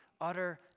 utter